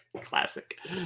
classic